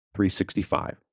365